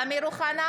אמיר אוחנה,